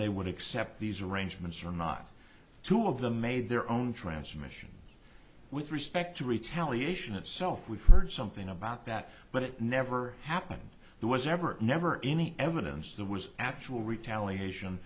they would accept these arrangements or not two of them made their own transmission with respect to retaliation itself we've heard something about that but it never happened there was ever never any evidence there was actual retaliation